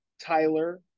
Tyler